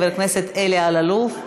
חבר הכנסת אלי אלאלוף.